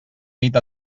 nit